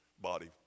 body